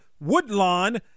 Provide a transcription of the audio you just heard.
Woodlawn